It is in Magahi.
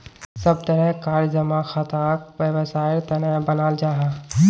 सब तरह कार जमा खाताक वैवसायेर तने बनाल जाहा